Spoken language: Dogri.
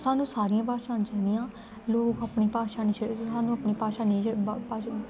सानूं सारियां भाशां औनियां चाहिदियां लोग अपनी भाशा निं छड्डदे सानूं अपनी भाशा नेईं छड्ड निं भाशा